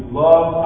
love